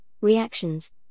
reactions